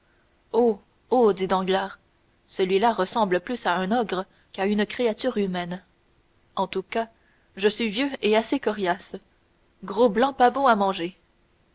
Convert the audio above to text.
dit danglars celui ici ressemble plus à un ogre qu'à une créature humaine en tout cas je suis vieux et assez coriace gros blanc pas bon à manger